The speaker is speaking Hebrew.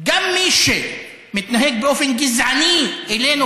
אנחנו שמים.) גם מי שמתנהג באופן גזעני אלינו,